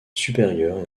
supérieur